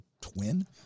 twin